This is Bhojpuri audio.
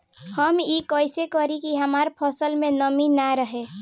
हम ई कइसे करी की हमार फसल में नमी ना रहे?